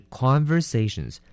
conversations